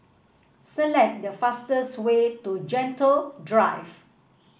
select the fastest way to Gentle Drive